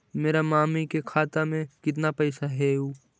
मेरा मामी के खाता में कितना पैसा हेउ?